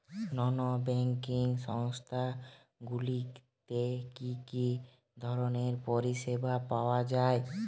নন banking সংস্থা গুলিতে কি কি ধরনের পরিসেবা পাওয়া য়ায়?